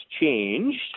changed